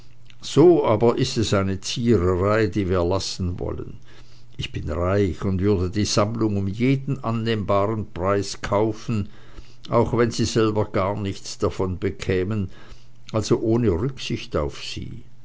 so aber ist es eine ziererei die wir lassen wollen ich bin reich und würde die sammlung um jeden annehmbaren preis kaufen auch wenn sie selber gar nichts davon bekämen also ohne rücksicht auf sie